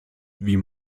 wie